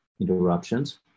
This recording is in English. interruptions